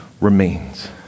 remains